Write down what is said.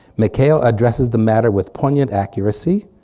mckayle addresses the matter with poignant accuracy.